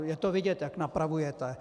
Je to vidět, jak napravujete.